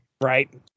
Right